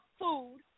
food